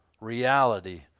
reality